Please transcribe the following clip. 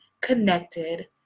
connected